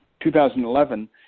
2011